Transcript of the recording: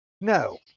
no